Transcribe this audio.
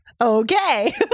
okay